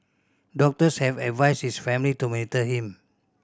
doctors have advised his family to monitor him